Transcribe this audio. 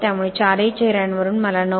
त्यामुळे चारही चेहऱ्यांवरून मला 9